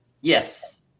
Yes